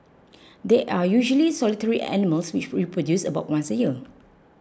they are usually solitary animals which reproduce about once a year